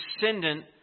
descendant